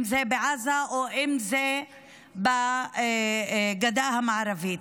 אם זה בעזה ואם זה בגדה המערבית.